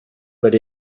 but